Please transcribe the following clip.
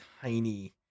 tiny